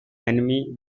enemy